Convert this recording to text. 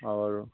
और